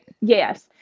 Yes